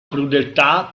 crudeltà